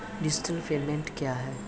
Digital payment क्या हैं?